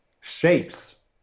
shapes